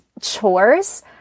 chores